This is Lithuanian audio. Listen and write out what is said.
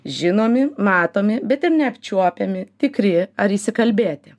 žinomi matomi bet ir neapčiuopiami tikri ar įsikalbėti